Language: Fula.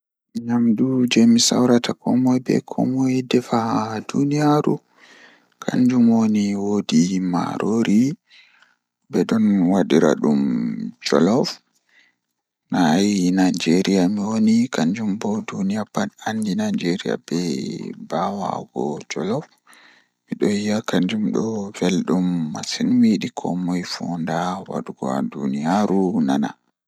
Eh hunde fijuki jei bingel jei mi burdaa yiduki kanjum woni haa wodi fijide mootaaji jei be hawrata be gongonji madaraaji do woodi nobe fiyirta dum warta bvana moota kanjum mi burdaa yiduki, Wakkati mi bingel.